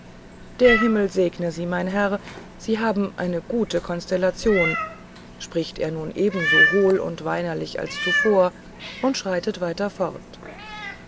der himmel segne sie mein herr sie haben eine gute konstellation spricht er nun ebenso hohl und weinerlich als zuvor und schreitet weiter fort